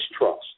trust